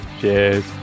Cheers